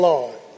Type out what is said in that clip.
Lord